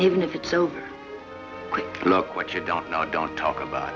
even if it's over look what you don't know i don't talk about